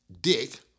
Dick